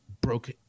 broke